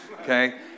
okay